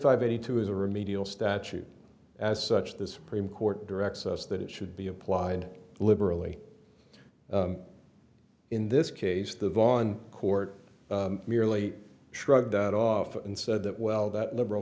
five eighty two is a remedial statute as such the supreme court directs us that it should be applied liberally in this case the von court merely shrugged that off and said that well that liberal